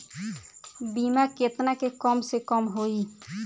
बीमा केतना के कम से कम होई?